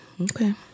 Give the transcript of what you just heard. Okay